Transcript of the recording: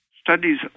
Studies